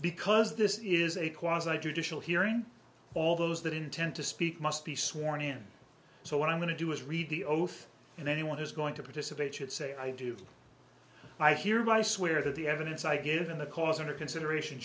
because this is a cause i do additional hearing all those that intend to speak must be sworn in so what i'm going to do is read the oath and anyone who's going to participate should say i do i hereby swear that the evidence i give in the cause under consideration